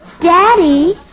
Daddy